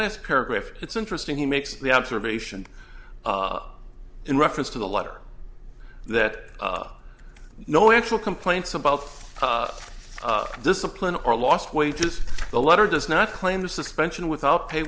last paragraph it's interesting he makes the observation in reference to the letter there are no actual complaints about discipline or lost wages the letter does not claim the suspension without pay